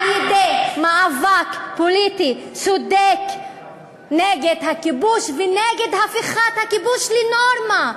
על-ידי מאבק פוליטי צודק נגד הכיבוש ונגד הפיכת הכיבוש לנורמה,